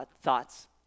thoughts